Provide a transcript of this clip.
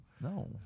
No